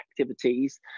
activities